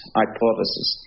hypothesis